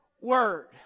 word